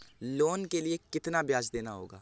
Loan के लिए कितना ब्याज देना होगा?